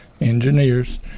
Engineers